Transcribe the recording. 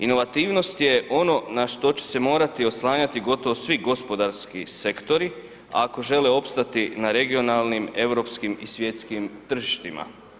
Inovativnost je ono na što će se morati oslanjati gotovo svi gospodarski sektori ako žele opstati na regionalnim europskim i svjetskim tržištima.